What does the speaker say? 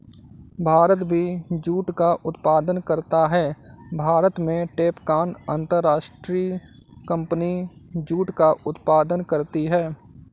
भारत भी जूट का उत्पादन करता है भारत में टैपकॉन अंतरराष्ट्रीय कंपनी जूट का उत्पादन करती है